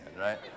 right